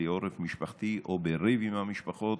בלי עורף משפחתי או בריב עם המשפחות,